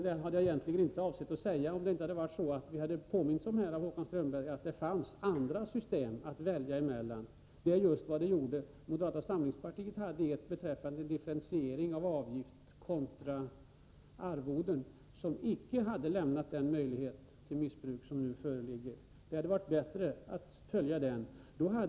Jag hade egentligen inte avsett att säga det, om vi inte hade påmints av Håkan Strömberg om att det fanns andra system att välja mellan. Och det var just vad det gjorde då! Moderata samlingspartiet hade ett förslag till ett system med differentiering av avgifter kontra arvoden som icke hade gett den möjlighet till missbruk som nu föreligger. Det hade varit bättre att följa vårt förslag.